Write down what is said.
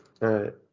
right